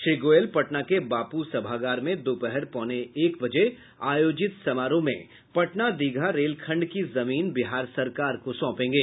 श्री गोयल पटना के बापू सभागार में दोपहर पौने एक बजे आयोजित समारोह में पटना दीघा रेल खंड की जमीन बिहार सरकार को सौंपेंगे